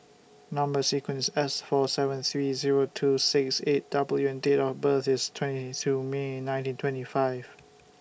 Number sequence IS S four seven three Zero two six eight W and Date of birth IS twenty two May nineteen twenty five